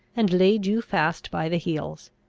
and laid you fast by the heels.